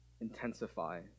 intensify